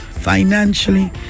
financially